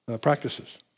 practices